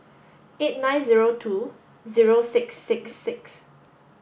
eight nine zero two zero six six six